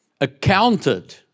accounted